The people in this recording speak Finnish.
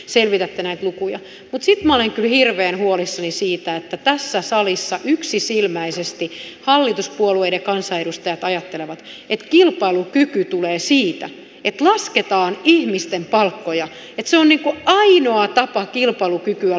mutta sitten minä olen kyllä hirveän huolissani siitä että tässä salissa yksisilmäisesti hallituspuolueiden kansanedustajat ajattelevat että kilpailukyky tulee siitä että lasketaan ihmisten palkkoja että se on ainoa tapa kilpailukykyä luoda